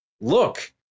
look